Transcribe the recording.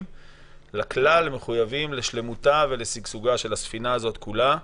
לכלל ומחויבים לשלמותה ושגשוגה של הספינה הזאת כולה.